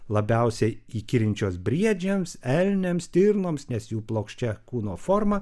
labiausiai įkyrinčios briedžiams elniams stirnoms nes jų plokščia kūno forma